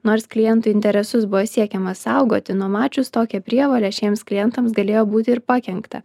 nors klientų interesus buvo siekiama saugoti numačius tokią prievolę šiems klientams galėjo būti ir pakenkta